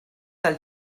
del